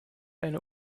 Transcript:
eine